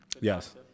Yes